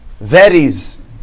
varies